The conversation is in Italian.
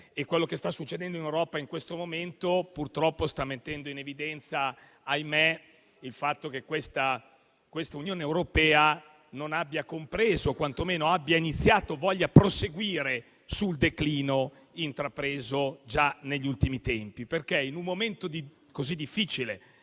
e quello che sta succedendo in Europa in questo momento, purtroppo, sta mettendo in evidenza il fatto che questa Unione europea non ha compreso o quantomeno ha iniziato e vuole proseguire sul declino intrapreso già negli ultimi tempi. In un momento così difficile